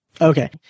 Okay